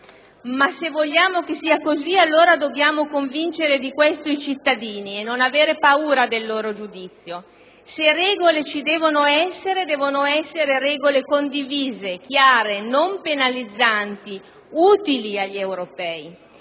ma se vogliamo che sia così allora dobbiamo convincere di questo i cittadini e non avere paura del loro giudizio. Se regole ci devono essere, devono essere regole condivise, chiare, non penalizzanti, utili agli europei.